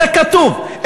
זה כתוב,